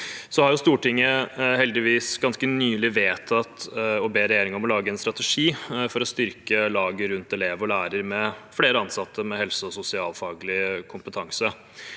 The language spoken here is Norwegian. Stortinget har heldigvis ganske nylig vedtatt å be regjeringen om å lage en strategi for å styrke laget rundt elev og lærer med flere ansatte med helse- og sosialfaglig kompetanse.